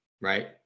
right